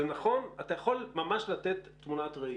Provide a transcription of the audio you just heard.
זה נכון, אתה יכול ממש לתת תמונת ראי.